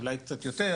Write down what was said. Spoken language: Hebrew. אולי קצת יותר